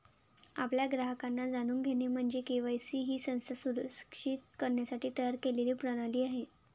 आपल्या ग्राहकांना जाणून घेणे म्हणजे के.वाय.सी ही संस्था सुरक्षित करण्यासाठी तयार केलेली प्रणाली आहे